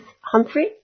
Humphrey